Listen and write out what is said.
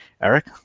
Eric